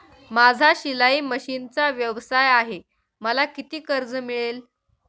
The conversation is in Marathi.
माझा शिलाई मशिनचा व्यवसाय आहे मला किती कर्ज मिळेल?